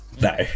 No